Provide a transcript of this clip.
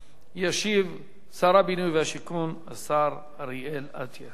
ישיב שר הבינוי והשיכון, השר אריאל אטיאס.